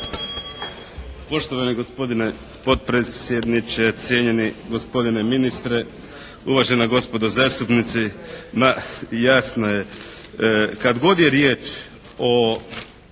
Poštovano gospodine potpredsjedniče, cijenjeni gospodine ministre, uvažena gospodo zastupnici. Ma jasno je, kad god je riječ o